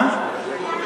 הוא דתי ואתה לא?